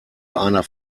einer